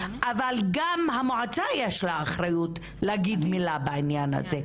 אבל גם למועצה יש אחריות להגיד מילה בעניין הזה,